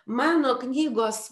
mano knygos